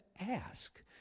ask